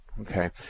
Okay